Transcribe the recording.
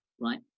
right